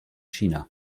china